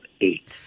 eight